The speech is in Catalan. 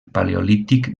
paleolític